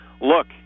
Look